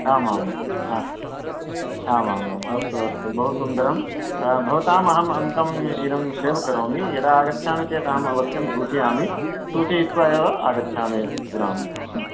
आम् आम् आ आम् आम् आम् अस्तु अस्तु बहुसुन्दरं भवताम् अहम् अङ्कम् इदम् सेव् करोमि यदा आगच्छामि चेत् अहम् अवश्यं सूचयामि सूचयित्वा एव आगच्छामि त्रिपुरां